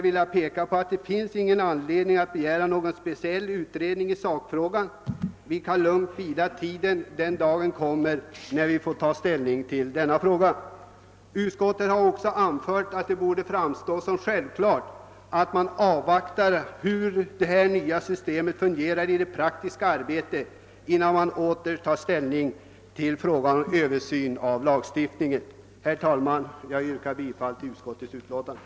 Det finns ingen anledning att begära någon utredning i sakfrågan; vi kan lugnt bida tiden. Den dagen kommer då vi får ta ställning till frågan. Utskottet har också anfört att det borde framstå som självklart att man avvaktar hur det nya systemet fungerar i praktiken innan man tar ställning till frågan om en översyn av lagstiftningen. Herr talman! Jag yrkar bifall till utskottets hemställan.